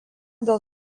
dėl